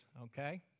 okay